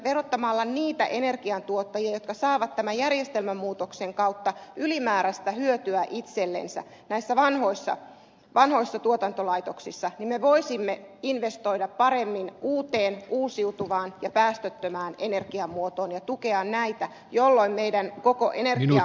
verottamalla niitä energiantuottajia jotka saavat tämän järjestelmämuutoksen kautta ylimääräistä hyötyä itsellensä näissä vanhoissa tuotantolaitoksissa me voisimme investoida paremmin uuteen uusiutuvaan ja päästöttömään energiamuotoon ja tukea näitä jolloin meidän koko energiatuotantomme uudistuisi